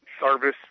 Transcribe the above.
service